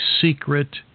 secret